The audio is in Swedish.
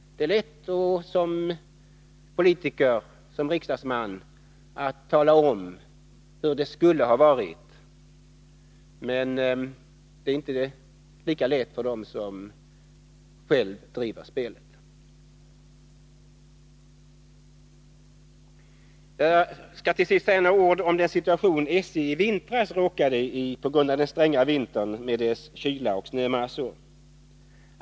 Det är lätt att som politiker och riksdagsman tala om hur det skulle ha varit, men det är inte lika lätt för dem som själva bedriver spelet. Jag skall till sist säga några ord om den situation SJ i vintras råkade i på grund av den stränga vintern med dess kyla och snömassor.